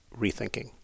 rethinking